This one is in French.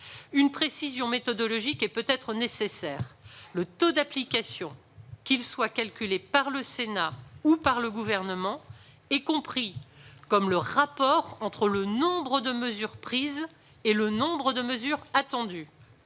Une précision méthodologique est peut-être nécessaire : le taux d'application, qu'il soit calculé par le Sénat ou par le Gouvernement, est compris comme le rapport entre le nombre de mesures prises et le nombre de mesures attendues